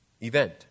event